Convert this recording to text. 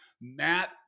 Matt